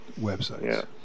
websites